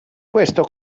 questo